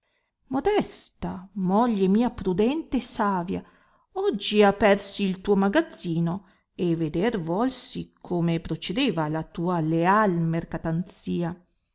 modesta moglie mia prudente e savia oggi apersi il tuo magazzino e veder volsi come procedeva la tua leal